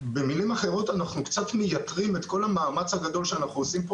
במילים אחרות: אנחנו קצת מייתרים את כל המאמץ הגדול שאנחנו עושים פה,